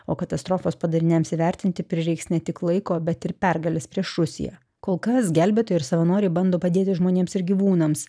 o katastrofos padariniams įvertinti prireiks ne tik laiko bet ir pergalės prieš rusiją kol kas gelbėtojai ir savanoriai bando padėti žmonėms ir gyvūnams